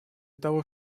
того